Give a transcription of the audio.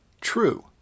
true